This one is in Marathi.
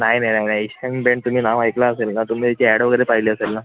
नाही नाही एशियन पेंट तुम्ही नाव ऐकलं असेल ना तुम्ही त्याची ॲड वगैरे पाहिली असेल ना